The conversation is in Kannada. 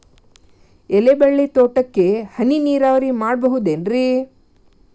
ಎಲೆಬಳ್ಳಿ ತೋಟಕ್ಕೆ ಹನಿ ನೇರಾವರಿ ಮಾಡಬಹುದೇನ್ ರಿ?